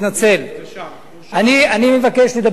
אני מבקש לדבר עם סיעת קדימה,